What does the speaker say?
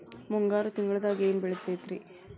ಮುಂಗಾರು ತಿಂಗಳದಾಗ ಏನ್ ಬೆಳಿತಿರಿ?